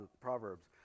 Proverbs